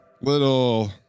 little